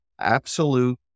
absolute